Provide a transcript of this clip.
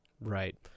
Right